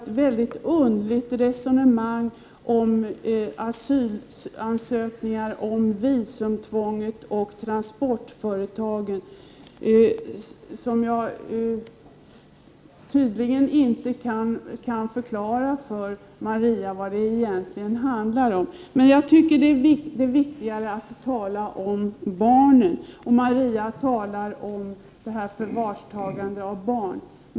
1988/89:125 visumtvång och transportföretag. Tydligen kan jag inte förklara för henne vad det egentligen handlar om. Jag tycker att det är viktigare att tala om barnen. Maria Leissner talar om iförvartagandet av barn.